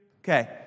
Okay